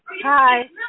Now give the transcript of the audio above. Hi